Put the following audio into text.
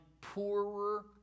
poorer